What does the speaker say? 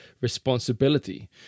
responsibility